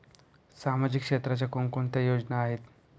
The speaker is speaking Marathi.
सामाजिक क्षेत्राच्या कोणकोणत्या योजना आहेत?